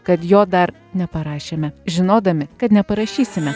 kad jo dar neparašėme žinodami kad neparašysime